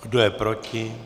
Kdo je proti?